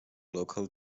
local